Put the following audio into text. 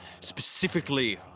Specifically